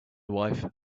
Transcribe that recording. wife